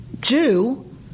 Jew